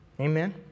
Amen